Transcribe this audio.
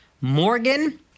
Morgan